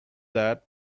that